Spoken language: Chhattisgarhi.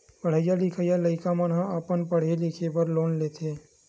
पड़हइया लिखइया लइका मन ह अपन पड़हे लिखे बर लोन लेथे